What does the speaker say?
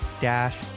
dash